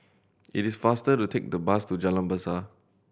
it is faster to take the bus to Jalan Besar